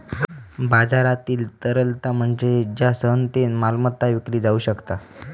बाजारातील तरलता म्हणजे ज्या सहजतेन मालमत्ता विकली जाउ शकता